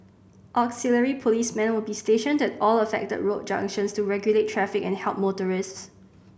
auxiliary policemen will be stationed at all affected road junctions to regulate traffic and help motorists